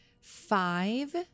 five